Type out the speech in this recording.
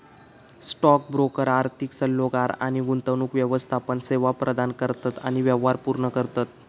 stock broker आर्थिक सल्लोगार आणि गुंतवणूक व्यवस्थापन सेवा प्रदान करतत आणि व्यवहार पूर्ण करतत